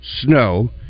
snow